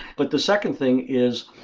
but the second thing is,